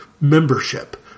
membership